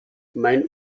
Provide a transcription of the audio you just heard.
mein